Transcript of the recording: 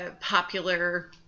popular